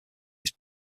its